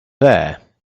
there